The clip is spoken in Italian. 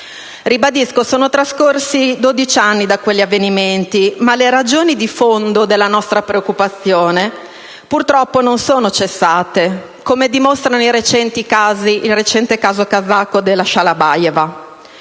Ribadisco che sono trascorsi dodici anni da quegli avvenimenti, ma le ragioni di fondo della nostra preoccupazione purtroppo non sono cessate, come dimostra il recente caso kazako della Shalabayeva: